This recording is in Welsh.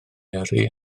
yrru